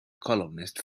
columnist